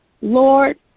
Lord